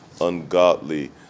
ungodly